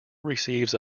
receives